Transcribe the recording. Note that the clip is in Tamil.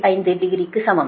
5 டிகிரிக்கு சமம்